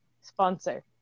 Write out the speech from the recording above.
sponsor